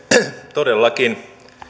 todellakin